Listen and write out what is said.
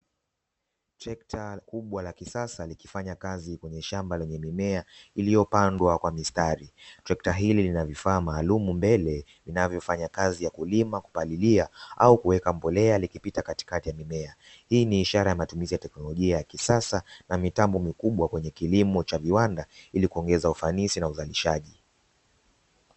Trekta kubwa la kisasa likifanya kazi, kwenye shamba lenye mimea iliyopandwa kwa mistari. Trekta hili lina vifaa maalum mbele vinavyofanya kazi ya kulima, kupalilia au kuweka mbolea, likipita katikati ya mimea. Hii ni ishara ya matumizi ya teknolojia ya kisasa na mitambo mikubwa kwenye kilimo cha viwanda ili kuongeza ufanisi na uzalishaji.